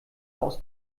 aus